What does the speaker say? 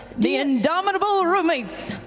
the indomitable roommates!